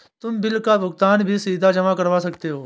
तुम बिल का भुगतान भी सीधा जमा करवा सकते हो